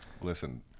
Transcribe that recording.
Listen